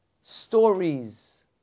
Stories